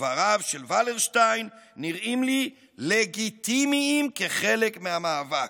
דבריו של ולרשטיין נראים לי לגיטימיים כחלק מהמאבק.